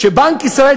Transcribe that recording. שבנק ישראל,